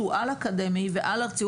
שהוא על-אקדמי ועל-ארצי,